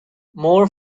more